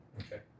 Okay